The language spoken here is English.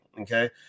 Okay